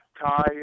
Ty